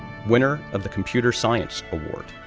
winner of the computer science award,